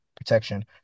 protection